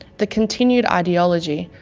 the continued ideology,